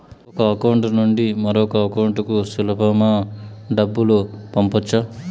ఒక అకౌంట్ నుండి మరొక అకౌంట్ కు సులభమా డబ్బులు పంపొచ్చా